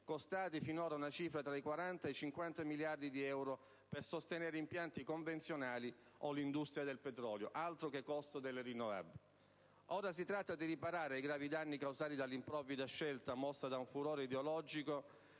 costati finora una cifra compresa tra i 40 e i 50 miliardi di euro per sostenere impianti convenzionali o l'industria del petrolio. Altro che costo delle rinnovabili. Ora si tratta di riparare ai gravi danni causati dall'improvvida scelta mossa da furore ideologico,